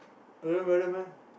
real brother meh